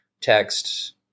text